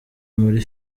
muri